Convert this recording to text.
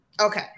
Okay